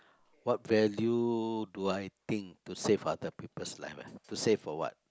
what value do I think to save other people's life ah to save for what